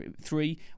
three